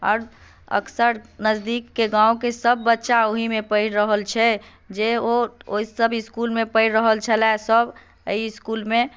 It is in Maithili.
आओर अक्सर नजदीकके गामके सभ बच्चा ओहीमे पढ़ि रहल छै जे ओ ओहि सभ इस्कुलमे पढ़ि रहल छलए सभ एहि इस्कुलमे